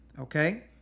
okay